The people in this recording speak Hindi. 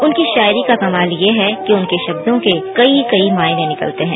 उनकी शायरी का कमाल ये है कि उनके शब्दों के कई कई मायने निकलते हैं